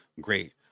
great